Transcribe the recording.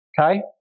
okay